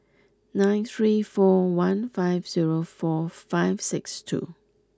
nine three four one five zero four five six two